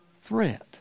threat